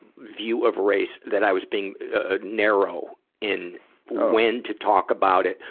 view of race, that i was being, ah, narrow in when to talk about it,